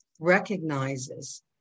recognizes